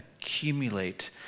accumulate